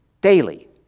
daily